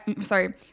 sorry